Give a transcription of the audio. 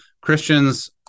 Christians